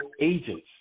agents